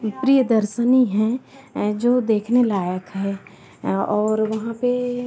प्रियदर्शनी हैं जो देखने लायक है और वहाँ पे